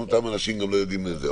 לפעמים אותם אנשים גם לא יודעים את זה.